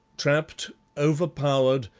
trapped, overpowered,